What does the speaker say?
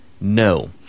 no